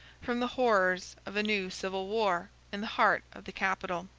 from the horrors of a new civil war in the heart of the capital.